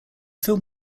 film